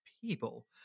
people